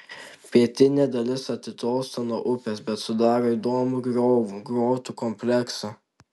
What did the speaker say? pietinė dalis atitolsta nuo upės bet sudaro įdomų griovų grotų kompleksą